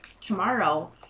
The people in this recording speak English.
tomorrow